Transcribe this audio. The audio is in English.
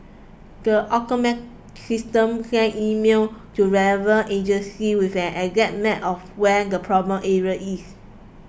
the automate system send email to relevant agency with an exact map of where the problem area is